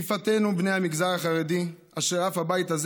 רק לאחרונה, בכ"ח באייר,